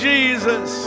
Jesus